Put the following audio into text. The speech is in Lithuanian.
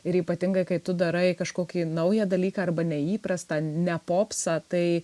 ir ypatingai kai tu darai kažkokį naują dalyką arba neįprastą ne popsą tai